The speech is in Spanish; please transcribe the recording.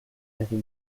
desde